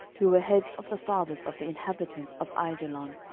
who were heads of the fathers of the inhabitants of aijalon,